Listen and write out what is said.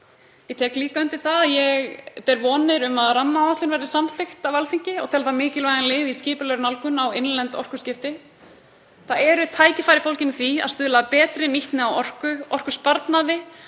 Ég tek líka undir það að ég hef vonir um að rammaáætlun verður samþykkt af Alþingi og tel það mikilvægan lið í skipulagðri nálgun á innlend orkuskipti. Tækifæri eru fólgin í því að stuðla að betri nýtni á orku, orkusparnaði